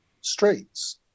streets